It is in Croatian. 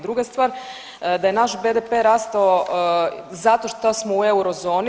Druga stvar da je naš BDP rastao zato što smo u eurozoni.